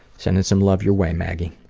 sending some love your way, maggie.